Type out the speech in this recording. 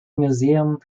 museum